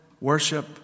worship